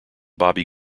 bobby